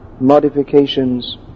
modifications